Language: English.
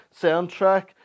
soundtrack